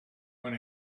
when